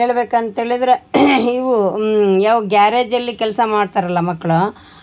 ಹೇಳ್ಬೇಕಂತೇಳಿದರೆ ಇವು ಯಾವ ಗ್ಯಾರೇಜಲ್ಲಿ ಕೆಲಸ ಮಾಡ್ತಾರಲ್ಲ ಮಕ್ಕಳು